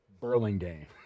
Burlingame